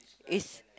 is